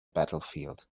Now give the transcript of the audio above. battlefield